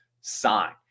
sign